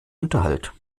unterhalt